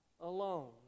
alone